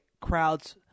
crowd's